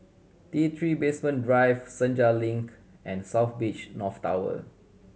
T Three Basement Drive Senja Link and South Beach North Tower